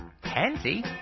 Pansy